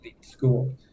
school